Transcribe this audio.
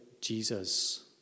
Jesus